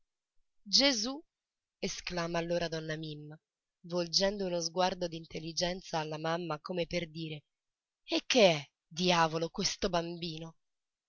gesù esclama allora donna mimma volgendo uno sguardo d'intelligenza alla mamma come per dire e che è diavolo questo bambino